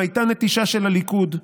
אם הייתה נטישה של הליכוד,